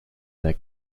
their